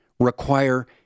require